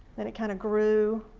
then it kind of grew.